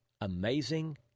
amazing